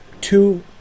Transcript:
two